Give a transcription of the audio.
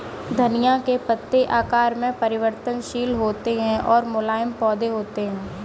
धनिया के पत्ते आकार में परिवर्तनशील होते हैं और मुलायम पौधे होते हैं